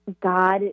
God